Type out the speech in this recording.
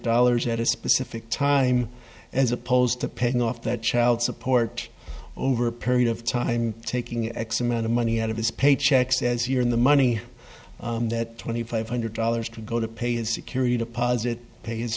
dollars at a specific time as opposed to paying off that child support over a period of time taking x amount of money out of his paycheck says here in the money that twenty five hundred dollars to go to pay his security deposit pay